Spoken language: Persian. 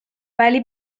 ولی